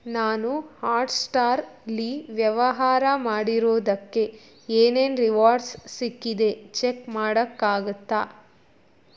ನಾನು ಹಾಟ್ಸ್ಟಾರ್ಲಿ ವ್ಯವಹಾರ ಮಾಡಿರೋದಕ್ಕೆ ಏನೇನು ರಿವಾರ್ಡ್ಸ್ ಸಿಕ್ಕಿದೆ ಚೆಕ್ ಮಾಡೋಕ್ಕಾಗತ್ತಾ